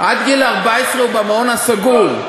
עד גיל 14 הוא במעון סגור.